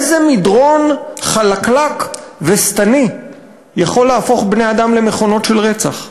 איזה מדרון חלקלק ושטני יכול להפוך בני-אדם למכונות של רצח?